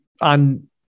on